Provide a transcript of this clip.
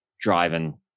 driving